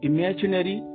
Imaginary